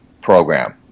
program